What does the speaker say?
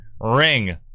ring